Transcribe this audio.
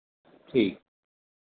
ਠੀਕ